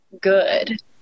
good